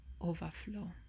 overflow